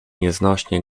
nieznośnie